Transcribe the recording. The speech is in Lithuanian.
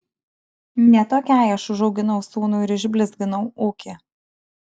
ne tokiai aš užauginau sūnų ir išblizginau ūkį